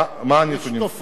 מה הנתונים?